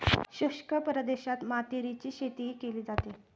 शुष्क प्रदेशात मातीरीची शेतीही केली जाते